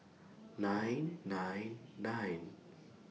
nine nine nine